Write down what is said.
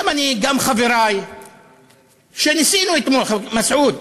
לכן, גם אני וגם חברי ניסינו אתמול, מסעוד,